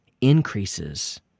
increases